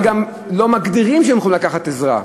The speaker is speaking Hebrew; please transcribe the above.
וגם לא מגדירים שהם יכולים לקחת עזרה.